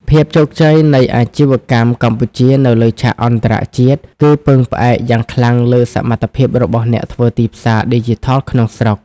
ភាពជោគជ័យនៃអាជីវកម្មកម្ពុជានៅលើឆាកអន្តរជាតិ គឺពឹងផ្អែកយ៉ាងខ្លាំងលើសមត្ថភាពរបស់អ្នកធ្វើទីផ្សារឌីជីថលក្នុងស្រុក។